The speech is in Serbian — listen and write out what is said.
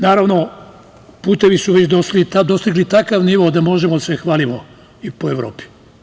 Naravno, putevi su dostigli već takav nivo da možemo da se hvalimo i po Evropi.